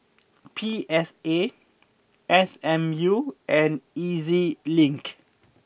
P S A S M U and E Z Link